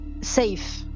safe